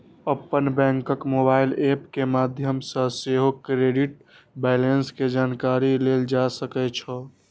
अपन बैंकक mobile app के माध्यम सं सेहो क्रेडिट बैंलेंस के जानकारी लेल जा सकै छै